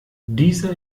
dieser